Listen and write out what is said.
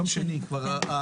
יום שני, כן.